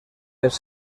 les